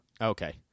Okay